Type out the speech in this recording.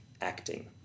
acting